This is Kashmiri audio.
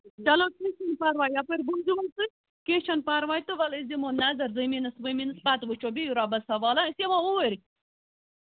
چلو کیٚنٛہہ چھُنہٕ پَرواے یَپٲرۍ بوٗزِو حظ تُہۍ کیٚنٛہہ چھُنہٕ پَرواے تہٕ وَل أسۍ دِمو نظر زمیٖنَس ومیٖنَس پَتہٕ وٕچھو بِہِو رۄبَس سوال ہَہ أسۍ اِمو اوٗرۍ